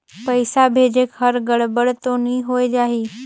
पइसा भेजेक हर गड़बड़ तो नि होए जाही?